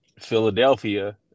Philadelphia